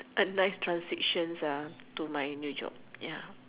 penknife transition to my new job ya